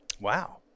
Wow